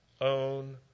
own